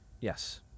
Yes